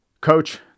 Coach